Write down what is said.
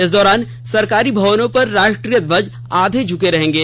इस दौरान सरकारी भवनों पर राष्ट्रीय ध्वज आधे झुके रहेंगे